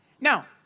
Now